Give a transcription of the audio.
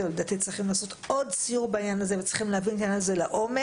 ולדעתי צריך לעשות עוד סיור להבין את זה לעומק.